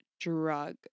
drug